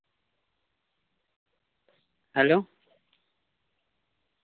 hello